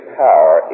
power